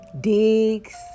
digs